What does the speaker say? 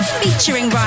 featuring